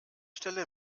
stelle